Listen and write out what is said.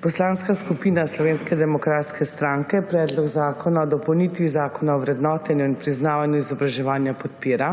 Poslanska skupina Slovenske demokratske stranke Predlog zakona o spremembah in dopolnitvah Zakona o vrednotenju in priznavanju izobraževanja podpira,